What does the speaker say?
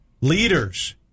leaders